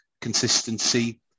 consistency